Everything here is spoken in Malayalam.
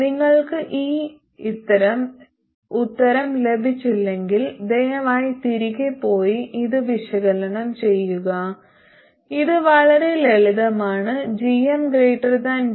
നിങ്ങൾക്ക് ഈ ഉത്തരം ലഭിച്ചില്ലെങ്കിൽ ദയവായി തിരികെ പോയി ഇത് വിശകലനം ചെയ്യുക ഇത് വളരെ ലളിതമാണ് gmGS